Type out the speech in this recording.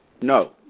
No